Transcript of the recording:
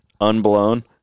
unblown